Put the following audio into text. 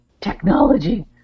technology